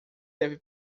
deve